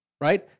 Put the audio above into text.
right